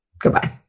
goodbye